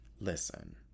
listen